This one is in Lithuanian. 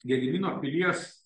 gedimino pilies